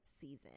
season